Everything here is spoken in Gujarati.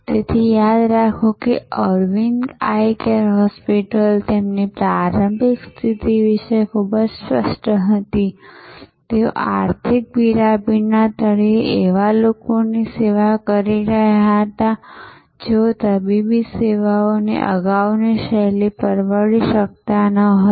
તેથી યાદ રાખો કે અરવિંદ આઇ કેર હોસ્પિટલ તેમની પ્રારંભિક સ્થિતિ વિશે ખૂબ જ સ્પષ્ટ હતી તેઓ આર્થિક પિરામિડના તળિયે એવા લોકોની સેવા કરી રહ્યા હતા જેઓ તબીબી સેવાઓની અગાઉની શૈલી પરવડી શકતા ન હતા